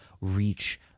reach